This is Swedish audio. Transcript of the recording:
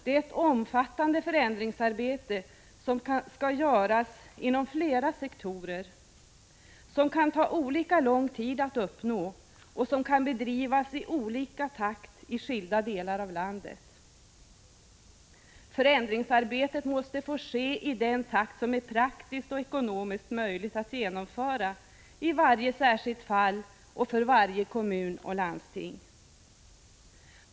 Det är ett omfattande förändringsarbete som skall göras inom flera sektorer, som kan ta olika lång tid att uppnå och som kan bedrivas i olika takt i skilda delar av landet. Förändringsarbetet måste få ske i den takt som är praktiskt och ekonomiskt möjlig att genomföra i varje särskilt fall och för varje kommun och landsting.